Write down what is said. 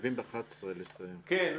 כן.